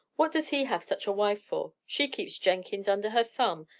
what does he have such a wife for? she keeps jenkins under her thumb,